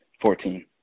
Fourteen